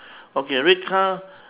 okay red car